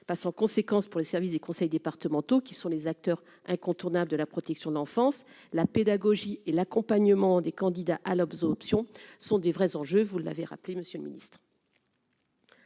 pas sans conséquences pour les services des conseils départementaux qui sont les acteurs incontournables de la protection de l'enfance, la pédagogie et l'accompagnement des candidats à l'aube, options sont des vrais enjeux, vous l'avez rappelé monsieur le Ministre.